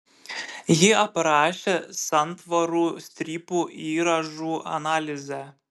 ji aprašė santvarų strypų įrąžų analizę